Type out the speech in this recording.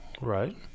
Right